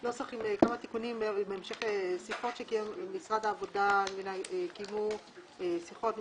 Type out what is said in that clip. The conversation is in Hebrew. יש בו כמה תיקונים בהמשך לשיחות שמשרד העבודה קיים עם